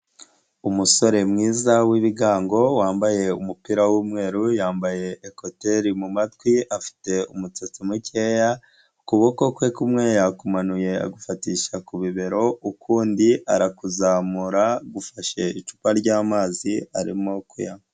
Umusore mwiza w'ibigango, wambaye umupira w'umweru, yambaye ekuteri mu matwi, afite umutsatsi mukeya, ukuboko kwe kumwe yakumanuye agufatisha ku bibero, ukundi arakuzamura gufashe icupa ry'amazi arimo kuyanywa.